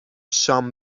شام